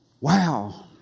Wow